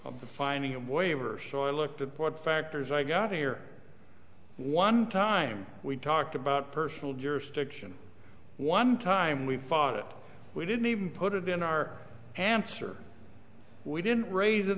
of the finding of waivers so i looked at what factors i got here one time we talked about personal jurisdiction one time we filed it we didn't even put it in our answer we didn't raise it